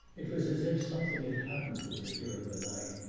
it was as if something had happened to her during the night,